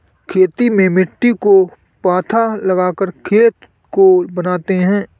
खेती में मिट्टी को पाथा लगाकर खेत को बनाते हैं?